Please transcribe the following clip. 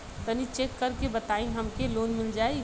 तनि चेक कर के बताई हम के लोन मिल जाई?